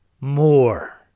more